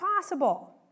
possible